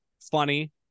funny